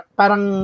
parang